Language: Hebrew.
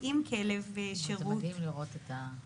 עם כלב שירות -- זה מדהים לראות את זה.